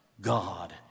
God